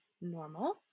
normal